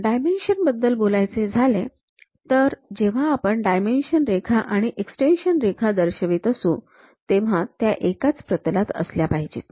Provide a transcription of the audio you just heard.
dimension बद्दल बोलायचे झाले तर जेव्हा आपण डायमेन्शन रेखा आणि एक्सटेंशन रेखा दर्शवित असू तेव्हा त्या एकाच प्रतलात असल्या पाहिजेत